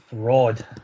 fraud